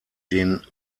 den